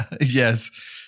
Yes